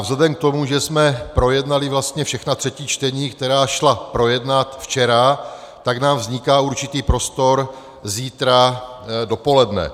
Vzhledem k tomu, že jsme projednali vlastně všechna třetí čtení, která šla projednat včera, tak nám vzniká určitý prostor zítra dopoledne.